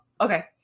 Okay